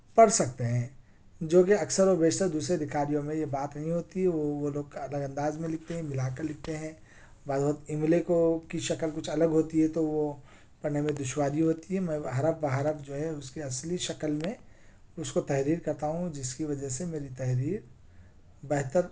پڑھ سکتے ہیں جو کہ اکثر و بیشتر دوسرے لکھاریوں میں یہ بات نہیں ہوتی ہے وہ وہ لوگ الگ انداز میں لکھتے ہیں ملا کر لکھتے ہیں بعض دفعہ املے کو کی شکل کچھ الگ ہوتی ہے تو وہ پڑھنے میں دشواری ہوتی ہے میں حرف بہ حرف جو ہے اس کے اصلی شکل میں اس کو تحریر کرتا ہوں جس کی وجہ سے میری تحریر بہتر